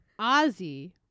Ozzy